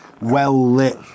well-lit